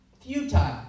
futile